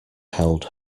held